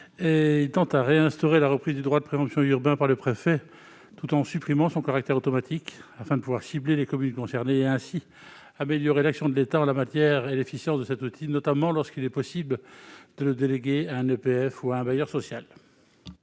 Mélot, tend à réinstaurer la reprise du droit de préemption urbain par le préfet, tout en supprimant son caractère automatique. Il s'agit de pouvoir cibler les communes concernées et, ainsi, d'améliorer l'action de l'État en la matière et l'efficience de cet outil, notamment lorsqu'il est possible de le déléguer à un EPF ou à un bailleur social.